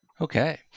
Okay